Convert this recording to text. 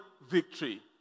victory